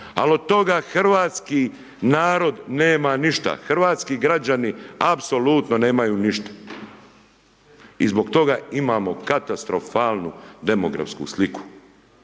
ali od toga hrvatski narod nema ništa, hrvatski građani apsolutno nemaju ništa. I zbog toga imamo katastrofalnu demografsku sliku.